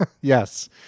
Yes